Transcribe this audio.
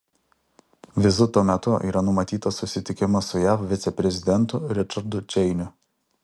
vizito metu yra numatytas susitikimas su jav viceprezidentu ričardu čeiniu